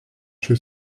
čia